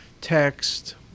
text